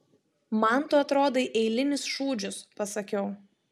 man tu atrodai eilinis šūdžius pasakiau